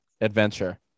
adventure